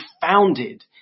founded